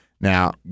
Now